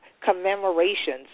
commemorations